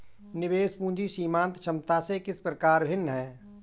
निवेश पूंजी सीमांत क्षमता से किस प्रकार भिन्न है?